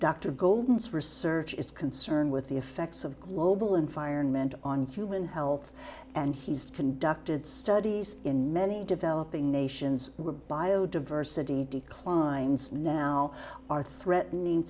dr goldens research is concerned with the effects of global environment on human health and he's conducted studies in many developing nations were biodiversity declines now are threatening